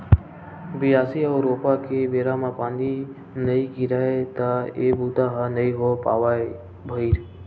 बियासी अउ रोपा के बेरा म पानी नइ गिरय त ए बूता ह नइ हो पावय भइर